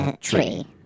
tree